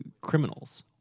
criminals